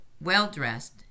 well-dressed